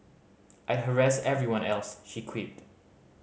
I'd harass everyone else she quipped